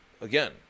again